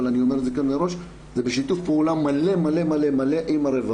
אבל אני אגיד את זה עכשיו מראש: זה בשיתוף פעולה מלא מלא עם הרווחה,